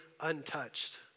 untouched